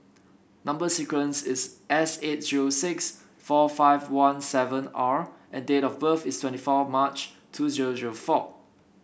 number sequence is S eight zero six four five one seven R and date of birth is twenty four March two zero zero four